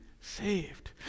saved